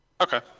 Okay